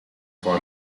for